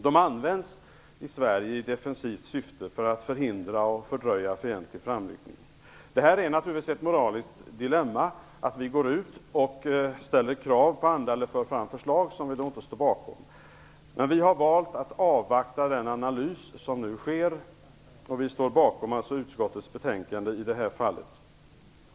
De används i Sverige i defensivt syfte för att förhindra och fördröja fientlig framryckning. Det är naturligtvis ett moraliskt dilemma att vi går ut och ställer krav eller för fram förslag som vi inte står bakom. Men vi har valt att avvakta den analys om nu sker. Vi står bakom utskottets betänkande i det här fallet.